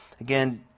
again